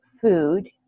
food